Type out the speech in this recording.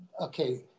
okay